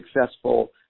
successful